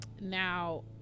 Now